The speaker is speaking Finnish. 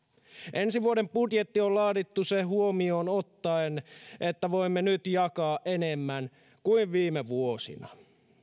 ensi vuoden budjetti on laadittu se huomioon ottaen että voimme nyt jakaa enemmän kuin viime vuosina